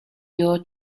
your